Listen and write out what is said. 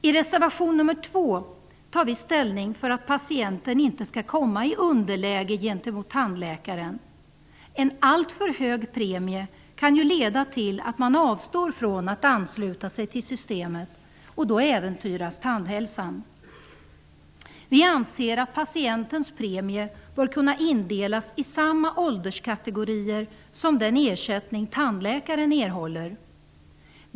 I reservation nr 2 tar vi ställning för att patienten inte skall komma i underläge gentemot tandläkaren. En alltför hög premie kan leda till att man avstår från att ansluta sig till systemet, och då äventyras tandhälsan. Vi anser att patientens premie bör kunna indelas i samma ålderskategorier som den ersättning som tandläkaren erhåller.